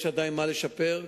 עדיין יש מה לשפר.